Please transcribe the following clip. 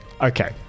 Okay